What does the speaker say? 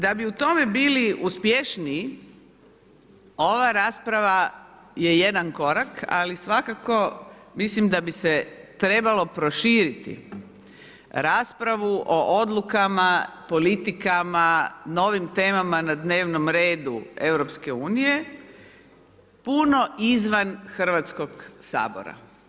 Da bi u tome bili uspješniji, ova rasprava je jedan korak ali svakako mislim da bi se trebalo proširiti raspravu o odlukama, politikama, novim temama na dnevnom redu EU-a puno izvan Hrvatskog sabora.